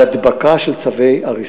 על הדבקה של צווי הריסה,